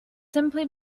simply